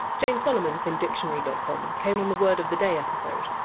jane solomon from dictionary dot com and came on the word of the day episode,